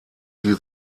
sie